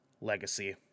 Legacy